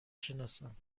شناسم